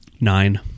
Nine